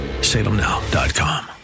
salemnow.com